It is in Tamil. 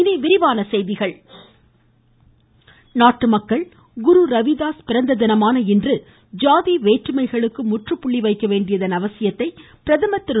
ருமூர்மூ பிரதமர் நாட்டு மக்கள் குரு ரவிதாஸ் பிறந்ததினமான இன்று ஜாதி வேற்றுமைகளுக்கு முற்றுப்புள்ளி வைக்க வேண்டியதன் அவசியத்தை பிரதமர் திரு